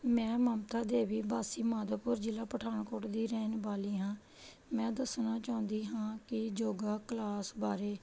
ਮੈਂ ਮਮਤਾ ਦੇਵੀ ਵਾਸੀ ਮਾਧੋਪੁਰ ਜ਼ਿਲ੍ਹਾ ਪਠਾਨਕੋਟ ਦੀ ਰਹਿਣ ਵਾਲੀ ਹਾਂ ਮੈਂ ਦੱਸਣਾ ਚਾਹੁੰਦੀ ਹਾਂ ਕਿ ਯੋਗਾ ਕਲਾਸ ਬਾਰੇ